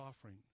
offering